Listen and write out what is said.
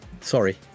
sorry